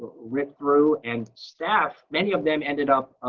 ripped through. and staff, many of them ended up